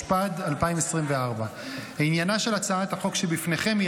התשפ"ד 2024. עניינה של הצעת החוק שבפניכם היא